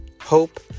hope